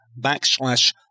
backslash